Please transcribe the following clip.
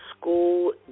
school